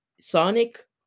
Sonic